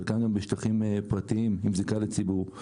חלקם גם בשטחים פרטיים עם זיקה לציבור,